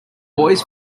boys